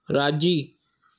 राज़ी